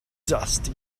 dusty